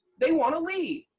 they want to lead.